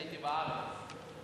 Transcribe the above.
הייתי בארץ.